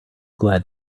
glad